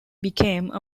became